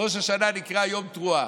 ראש השנה נקרא יום תרועה.